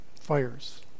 fires